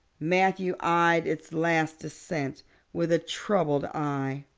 matthew eyed its last descent with a troubled eye.